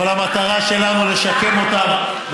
אבל המטרה שלנו זה לשקם אותם,